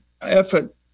effort